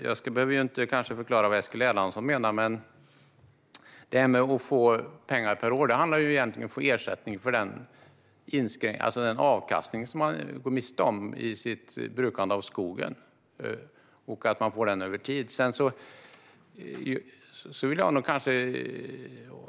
Jag behöver kanske inte förklara vad Eskil Erlandsson menar, men det här med att få pengar per år handlar egentligen om att få ersättning för den avkastning som man går miste om i brukandet av skogen. Och den ersättningen får man över tid.